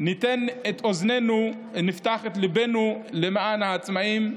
ניתן את אוזננו ונפתח את ליבנו למען העצמאים,